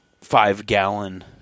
five-gallon